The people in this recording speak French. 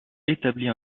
établie